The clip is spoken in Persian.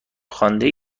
خوانده